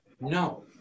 No